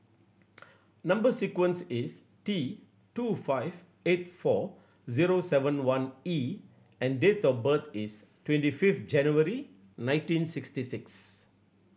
number sequence is T two five eight four zero seven one E and date of birth is twenty fifth January nineteen sixty six